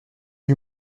lui